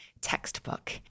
Textbook